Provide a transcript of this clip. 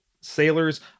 sailors